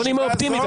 לא נימה אופטימית.